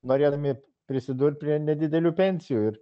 norėdami prisidurt prie nedidelių pensijų